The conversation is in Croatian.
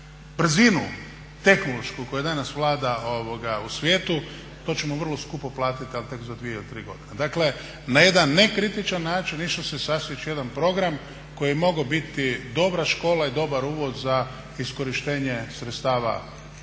tehnološku koja danas vlada u svijetu to ćemo vrlo skupo platiti ali tek za dvije ili tri godine. Dakle, na jedan nekritičan način išlo se sasjeći jedan program koji je mogao biti dobra škola i dobar uvod za iskorištenje sredstava EU fondova.